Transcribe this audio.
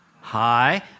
hi